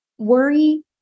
Worry